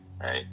right